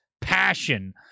passion